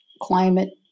climate